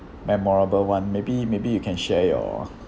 memorable one maybe maybe you can share your